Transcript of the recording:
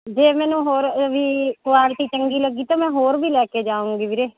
ਜੇ ਮੈਨੂੰ ਹੋਰ ਵੀ ਕੁਆਲਿਟੀ ਚੰਗੀ ਲੱਗੀ ਤਾਂ ਮੈਂ ਹੋਰ ਵੀ ਲੈ ਕੇ ਜਾਵਾਂਗੀ ਵੀਰੇ